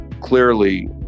clearly